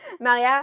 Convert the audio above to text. Maria